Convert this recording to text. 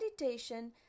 meditation